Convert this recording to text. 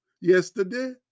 Yesterday